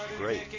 Great